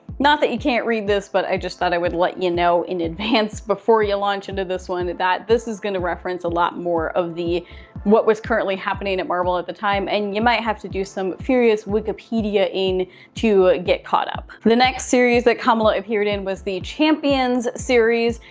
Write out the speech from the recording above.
not that you can't read this, but i just thought i would let you know in advance before you launch into this one, that that this is gonna reference a lot more of the what was currently happening at marvel at the time and you might have to do some furious wikipedia-ing to get caught up. the next series that kamala appeared in was the champions series.